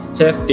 Chef